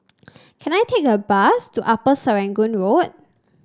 can I take a bus to Upper Serangoon Road